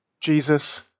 Jesus